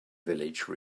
village